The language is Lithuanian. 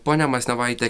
ponia masnevaite